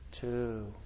two